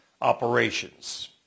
Operations